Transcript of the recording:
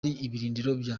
gisirikare